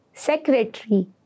Secretary